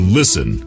listen